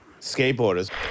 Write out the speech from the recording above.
skateboarders